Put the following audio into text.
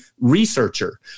researcher